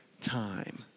time